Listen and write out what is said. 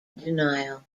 denial